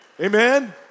Amen